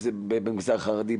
אם זה במגזר החרדי,